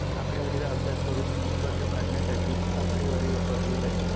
आकडेवारीचा अभ्यास करून निष्कर्ष काढण्यासाठी आकडेवारी वापरली जाते